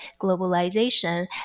globalization